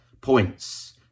points